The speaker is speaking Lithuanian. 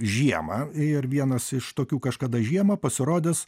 žiemą ir vienas iš tokių kažkada žiemą pasirodys